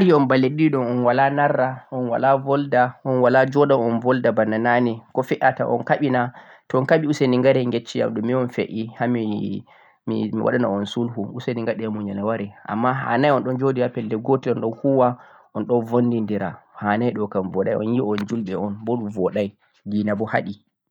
mi laari on balɗe ɗiɗi ɗo un walaa narra un walaa bolda, un walaa joɗa un bolda bana naane ko fe'ata?, un kaɓi na?, to un kaɓi useni gare gecceyam ɗume un fe'ii ha mi waɗina un sulhu, useni gaɗe muyal ware ammaa ha nay on ɗon joɗi ha pelle gootel on ɗo bonni dira hanay ɗo kam un yi un julɓe un bo ɗum boɗay dina bo haɗi.